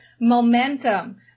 Momentum